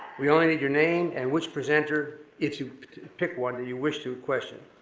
we only need your name and which presenter, if you pick one, that you wish to question.